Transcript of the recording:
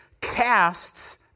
casts